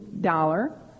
dollar